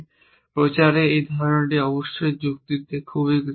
প্রচারের এই ধারণাটি অবশ্যই যুক্তিতে খুব সাধারণ